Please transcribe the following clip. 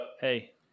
Hey